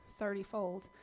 thirtyfold